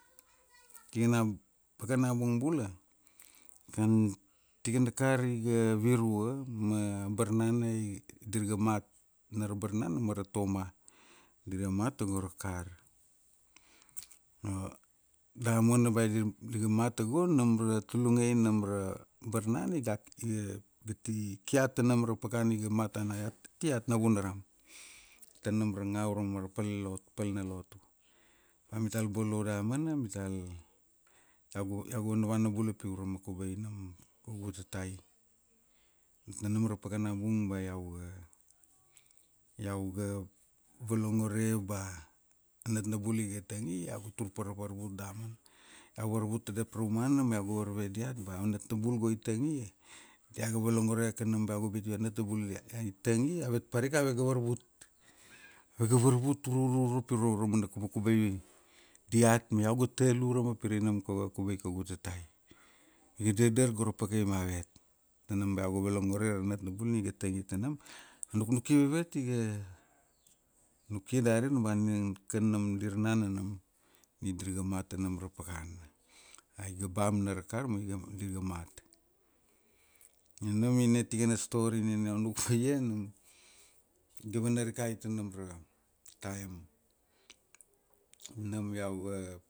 Tikana pakana bung bula, kan tikana kar iga virua, ma barnanaik, dirga virua. Na ra barnana mara Toma. Dirga mat tago ra kar. Io, damana ba iga, dirga mat tagono, nam ra tulungiai nam ra, barnana iga- igati ki iat tanam ra pakana di ga mat tana iat. Ti iat navunanram. Tanam ra nga urama ra pal na lot, pal na lotu. Ba mital bolo damana mital, iau ga, iau ga vanavana bula pi urama kubai nam, kaigu tatai. Ma nam ra pakana bung ba iauga, iauga, volongore ba, a natnabul iga tangi, iau ga tur pa ra varvut damana. Iau varvut tadap raumana ma iau ga varve diat ba a natnabul go i tangi. Diaga volongore ke nam iau ga biti ba natnabul ia tangi, avet parika avega varvut. Vega varvut rurut uro ra mana kubakubai, diat, ma iau ga talu urama pirai nam kubai kaugu tatai. I dadar go ra pakai mavet. Tanam ba iau ga volongore ra natnabul ni ga tangi tanam, nuknuki vavet iga, nukia dari ba nin, kan nam dir nana nam. Ni dir ga mat tanam ra pakana. Iga bam na ra kar ma iga, dur ga mat. Io na nina tikana story nina iau nuk paia nam. Iga vana rikai tanam ra, taem. Nam iau ga